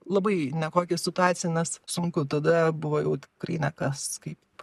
labai nekokia situacija nes sunku tada buvo jau tikrai nekas kaip